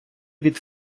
від